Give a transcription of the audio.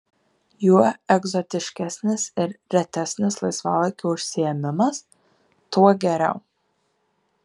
juo egzotiškesnis ir retesnis laisvalaikio užsiėmimas tuo geriau